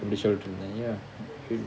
என்ன சொல்லிட்டு இருந்தேன்:enna sollitu irunthen ya